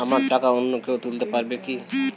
আমার টাকা অন্য কেউ তুলতে পারবে কি?